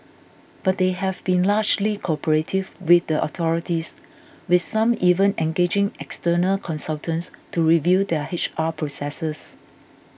but they have been largely cooperative with the authorities with some even engaging external consultants to review their H R processes